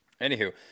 Anywho